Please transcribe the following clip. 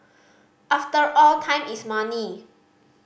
after all time is money